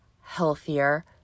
healthier